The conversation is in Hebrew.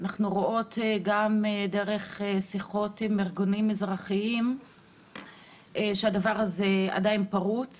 אנחנו רואות גם דרך שיחות עם ארגונים אזרחים שהדבר הזה עדיין פרוץ.